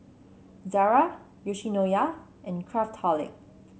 Zara Yoshinoya and Craftholic